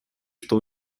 что